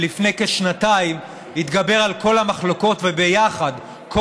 שלפני כשנתיים התגבר על כל המחלוקות וביחד כל